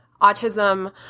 autism